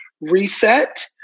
reset